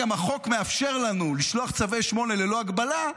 אז גם החוק מאפשר לנו לשלוח צווי 8 ללא הגבלה,